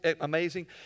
amazing